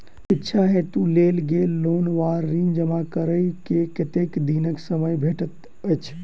शिक्षा हेतु लेल गेल लोन वा ऋण जमा करै केँ कतेक दिनक समय भेटैत अछि?